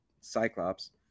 Cyclops